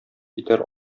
китәр